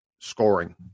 scoring